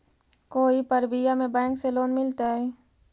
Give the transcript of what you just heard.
कोई परबिया में बैंक से लोन मिलतय?